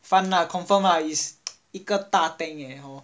fun lah confirm ah is 一个大 tank ah hor